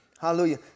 hallelujah